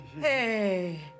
Hey